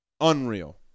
Unreal